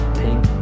pink